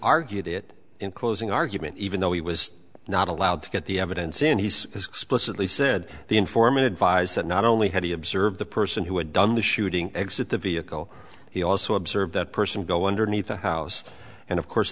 argued it in closing argument even though he was not allowed to get the evidence in he's as explicitly said the informant advised that not only had he observed the person who had done the shooting exit the vehicle he also observed that person go underneath the house and of course